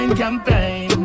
campaign